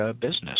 business